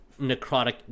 necrotic